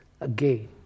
again